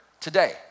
today